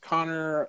Connor